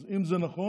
אז אם זה נכון,